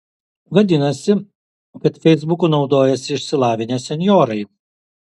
vadinasi kad feisbuku naudojasi išsilavinę senjorai